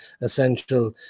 essential